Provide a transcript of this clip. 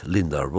Linda